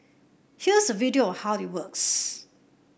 here's a video of how it works